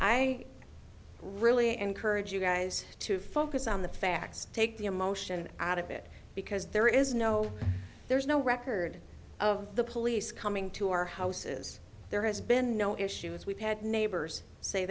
i really encourage you guys to focus on the facts take the emotion out of it because there is no there's no record of the police coming to our houses there has been no issues we've had neighbors say